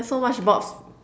there's so much Bobs